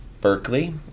Berkeley